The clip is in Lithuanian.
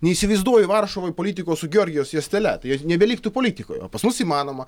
neįsivaizduoju varšuvoj politiko su georgijaus juostele tai jo nebeliktų politikoj o pas mus įmanoma